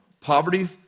poverty